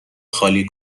خالی